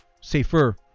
safer